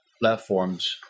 platforms